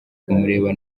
kumureba